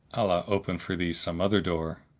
allah open for thee some other door!